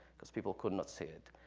because people could not see it,